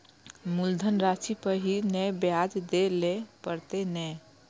मुलधन राशि पर ही नै ब्याज दै लै परतें ने?